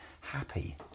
happy